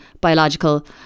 biological